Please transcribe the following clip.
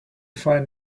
find